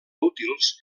útils